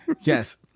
yes